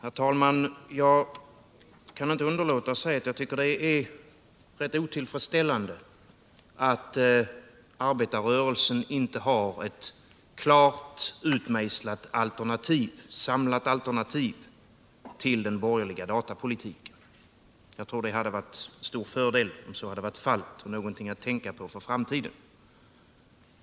Herr talman! Jag kan inte underlåta att säga att jag tycker det är rätt otillfredsställande att arbetarrörelsen inte har ett klart utmejslat, samlat alternativ till den borgerliga datapolitiken. Jag tror att det hade varit till stor fördel om så varit fallet. Det hade varit någonting att tänka på för framtiden.